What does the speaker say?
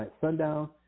Sundown